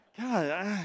God